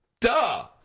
duh